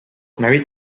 married